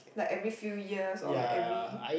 like every few years or like every